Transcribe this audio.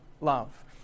love